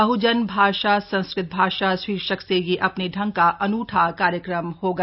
बहजन भाषा संस्कृत भाषा शीर्षक से यह अपने ढंग का अनूठा कार्यक्रम होगा